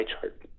chart